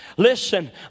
Listen